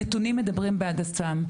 הנתונים מדברים בעד עצמם.